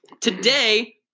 Today